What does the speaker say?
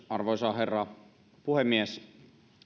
arvoisa herra puhemies